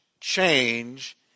change